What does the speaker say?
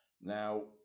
Now